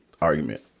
argument